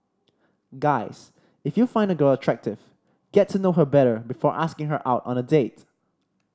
guys if you find a girl attractive get to know her better before asking her out on a date